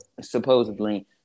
supposedly